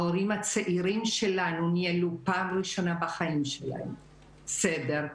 ההורים הצעירים שלנו ניהלו פעם ראשונה בחיים שלהם סדר,